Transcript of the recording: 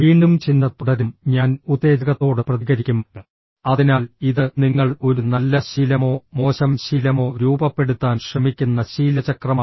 വീണ്ടും ചിന്ത തുടരും ഞാൻ ഉത്തേജകത്തോട് പ്രതികരിക്കും അതിനാൽ ഇത് നിങ്ങൾ ഒരു നല്ല ശീലമോ മോശം ശീലമോ രൂപപ്പെടുത്താൻ ശ്രമിക്കുന്ന ശീലചക്രമാണ്